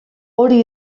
hori